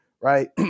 right